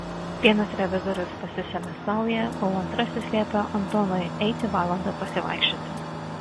vienas revizorius pasisėmė saują o antrasis liepė antonui eiti valandą pasivaikščioti